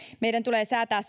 meidän tulee säätää